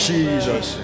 Jesus